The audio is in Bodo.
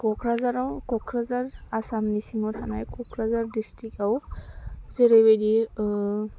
क'क्राझाराव क'क्राझार आसामनि सिङाव थानाय क'क्राझार डिसट्रिकआव जेरैबायदि